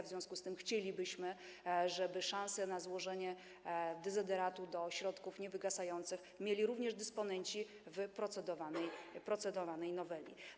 W związku z tym chcielibyśmy, żeby szanse na złożenie dezyderatu do środków niewygasających mieli również dysponenci, o których mowa w procedowanej noweli.